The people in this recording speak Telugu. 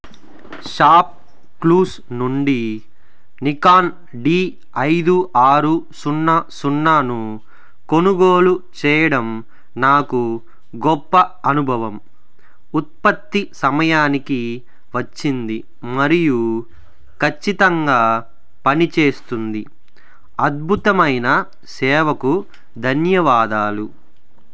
షాప్ క్లూస్ నుండి నికాన్ డీ ఐదు ఆరు సున్నా సున్నాను కొనుగోలు చేయడం నాకు గొప్ప అనుభవం ఉత్పత్తి సమయానికి వచ్చింది మరియు ఖచ్చితంగా పని చేస్తుంది అద్భుతమైన సేవకు ధన్యవాదాలు